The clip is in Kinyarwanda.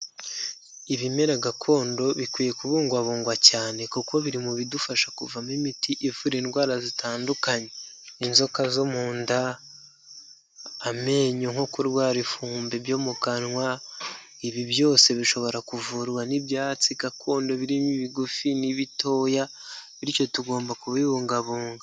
Ibimera gakondo bikwiye kubungwabungwa cyane kuko biri mu bidufasha kuvamo imiti ivura indwara zitandukanye, inzoka zo munda, amenyo nko kurwara ifumbi byo mu kanwa, ibi byose bishobora kuvurwa n'ibyatsi gakondo birimo ibigufi n'ibitoya, bityo tugomba kubibungabunga.